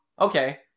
Okay